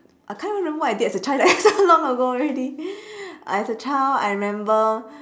I can't even remember what I did as a child leh so long ago already as a child I remember